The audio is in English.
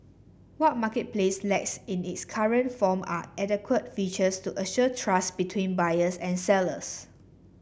what Marketplace lacks in its current form are adequate features to assure trust between buyers and sellers